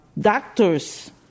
doctor's